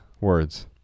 words